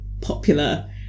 popular